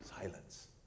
Silence